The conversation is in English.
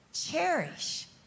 cherish